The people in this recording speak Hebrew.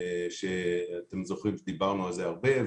שאתם זוכרים שדיברנו על זה הרבה.